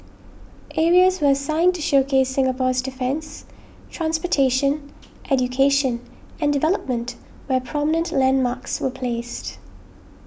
areas was assigned to showcase Singapore's defence transportation education and development where prominent landmarks were placed